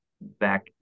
back